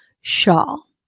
shawl